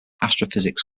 astrophysics